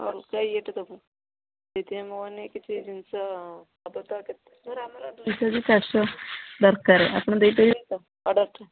ଅଲଗା ଇଏଟେ ଦେବୁ ସେଥିପାଇଁ ଆମର କିଛି ଜିନିଷ ତିନିଶହ କି ଚାରିଶହ ଦରକାର ଆପଣ ଦେଇପାରିବେ ତ ଅର୍ଡ଼ର୍ଟା